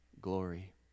glory